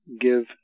give